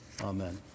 Amen